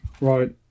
Right